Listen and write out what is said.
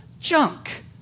junk